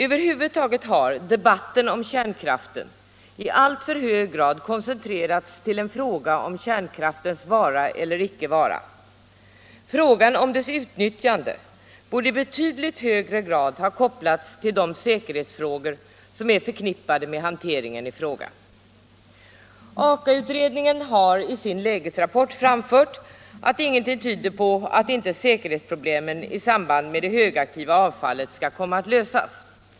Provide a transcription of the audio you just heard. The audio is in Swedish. Över huvud taget har debatten om kärnkraft i alltför hög grad koncentrerats till en fråga om kärnkraftens vara eller icke vara. Frågan om dess utnyttjande borde i betydligt högre grad ha kopplats till de säkerhetsfrågor som är förknippade med denna hantering. AKA-utredningen har i sin lägesrapport framfört att ingenting tyder på att inte säkerhetsproblemen i samband med det högaktiva avfallet skall komma att lösas.